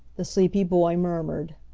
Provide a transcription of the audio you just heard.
the sleepy boy murmured.